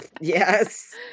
yes